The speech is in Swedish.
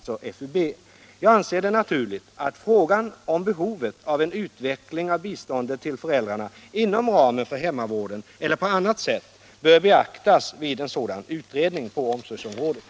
Jag anser det naturligt att frågan om behovet av en utveckling av biståndet till föräldrarna inom ramen för hemmavården eller på annat sätt beaktas vid en sådan utredning på omsorgsområdet.